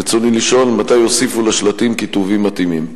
רצוני לשאול: מתי יוסיפו לשלטים כיתובים מתאימים?